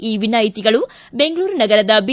ಈ ವಿನಾಯಿತಿಗಳು ವೆಂಗಳೂರು ನಗರದ ಬಿ